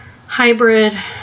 hybrid